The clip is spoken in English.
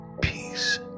peace